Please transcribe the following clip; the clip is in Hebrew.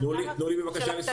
של הקטנים.